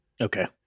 Okay